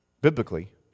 biblically